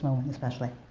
moment especially.